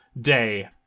day